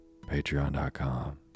patreon.com